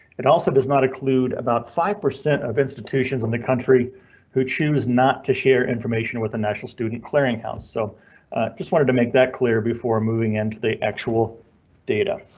it also does not include about five percent of institutions in the country who choose not to share information with the national student clearinghouse. so just wanted to make that clear before moving into the actual data.